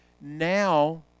Now